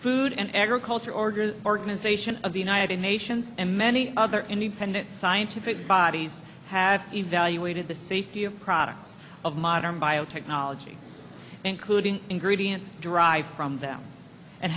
food and agriculture order organization of the united nations and many other independent scientific bodies have evaluated the safety of products of modern biotechnology including ingredients derived from them and